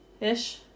Ish